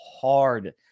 hard